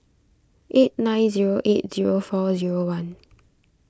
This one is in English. eight nine zero eight zero four zero one